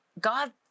God